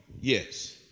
Yes